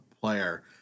player